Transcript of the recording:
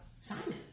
Simon